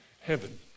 Heaven